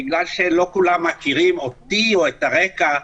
בגלל שלא כולם מכירים אותי או את הרקע,